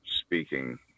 speaking